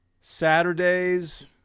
Saturdays